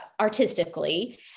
artistically